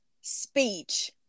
speech